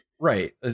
right